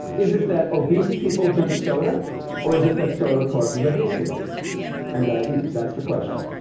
is it that obese people drink soda or is it that soda causes obesity and diabetes? that's the question.